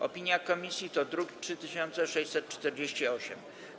Opinia komisji to druk nr 3648.